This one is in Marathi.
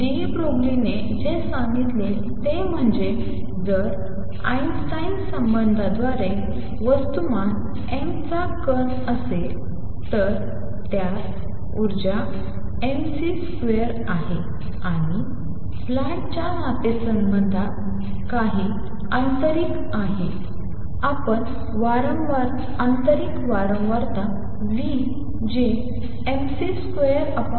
डी ब्रोग्ली ने जे सांगितले ते म्हणजे जर आईनस्टाईन संबंधाद्वारे वस्तुमान m चा कण असेल तर त्यात ऊर्जा mc स्क्वेअर आहे आणि प्लँकच्या नातेसंबंधात काही आंतरिक आहे आपण आंतरिक वारंवारता लिहू ν जे mc2h